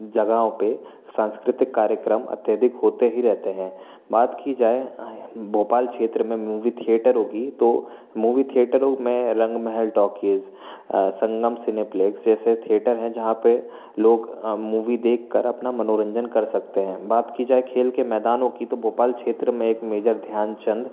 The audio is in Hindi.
जगहों पर सांस्कृतिक कार्यक्रम अत्यधिक होते ही रहते हैं बात की जाए भोपाल क्षेत्र में मूवी थिएटरों की तो मूवी थिएटरों में रंग महल टॉकीज संगम सिनेप्लेक्स जैसे थिएटर हैं जहाँ पर लोग मूवी देख कर अपना मनोरंजन कर सकते हैं बात की जाए खेल के मैदानों की तो भोपाल क्षेत्र में एक मेजर ध्यानचंद